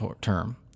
term